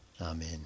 Amen